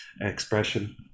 expression